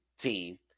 team